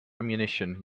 ammunition